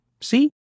See